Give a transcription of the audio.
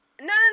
no